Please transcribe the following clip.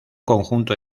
conjunto